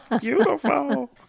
Beautiful